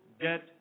get